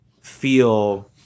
feel